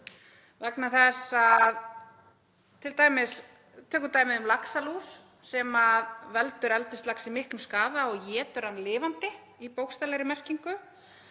dýravelferð? Tökum dæmi um laxalús sem veldur eldislaxi miklum skaða og étur hann lifandi í bókstaflegri merkingu.